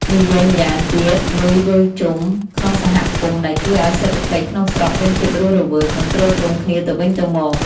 និយាយម្យ៉ាងទៀត លុយវិលជុំក្នុងសហគមន៍ ដែលជួយឲ្យសេដ្ឋកិច្ចក្នុងស្រុកមានភាពរស់រវើក និងទ្រទ្រង់គ្នាទៅវិញទៅមក។